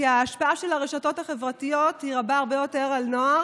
כי ההשפעה של הרשתות החברתיות היא רבה הרבה יותר על נוער,